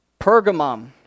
Pergamum